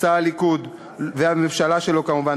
עשה הליכוד והממשלה שלו כמובן,